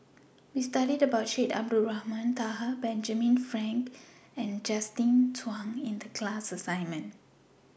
We studied about Syed Abdulrahman Taha Benjamin Frank and Justin Zhuang in The class assignment